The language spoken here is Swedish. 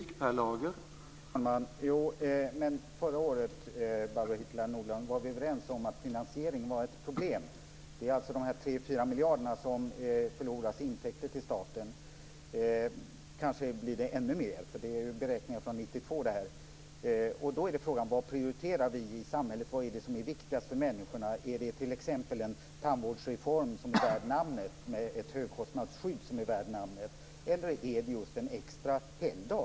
Herr talman! Förra året var vi överens om att finansieringen är ett problem. Det handlar alltså om de 3-4 miljarder som staten förlorar i intäkter. Det kanske blir ännu mer. Det är beräkningar från 1992. Frågan är vad vi prioriterar i samhället. Vad är viktigast för människorna? Är det en tandvårdsreform som är värd namnet med ett högkostnadsskydd som är värt namnet? Eller är det just en extra helgdag?